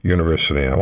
University